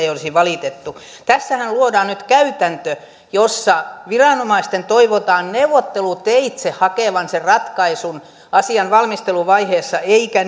ei olisi valitettu tässähän luodaan nyt käytäntö jossa viranomaisten toivotaan neuvotteluteitse hakevan sen ratkaisun asian valmisteluvaiheessa eikä